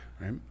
Right